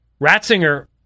Ratzinger